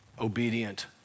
obedient